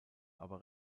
aber